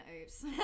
oops